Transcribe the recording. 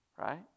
right